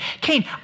Cain